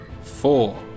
Four